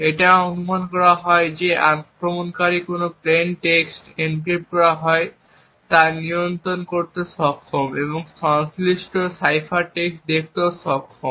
এটাও অনুমান করা হয় যে আক্রমণকারী কোন প্লেইন টেক্সট এনক্রিপ্ট করা হয় তা নিয়ন্ত্রণ করতে সক্ষম এবং সংশ্লিষ্ট সাইফার টেক্সট দেখতেও সক্ষম